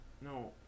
No